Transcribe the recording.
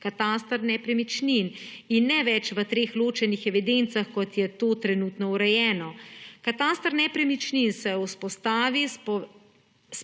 kataster nepremičnin in ne več v treh ločenih evidencah, kot je to trenutno urejeno. Kataster nepremičnin se vzpostavi s